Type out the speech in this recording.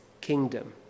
kingdom